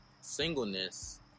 singleness